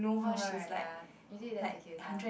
know her right ya is it the